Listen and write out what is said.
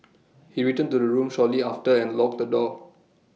he returned to the room shortly after and locked the door